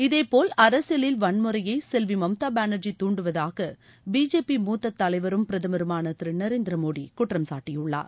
இதேபோல் அரசியலில் வன்முறையை செல்வி மம்தா பேனா்ஜி தூண்டுவதாக பிஜேபி மூத்த தலைவரும் பிரதமருமான திரு நரேந்திர மோடி குற்றம்சாட்டியுள்ளார்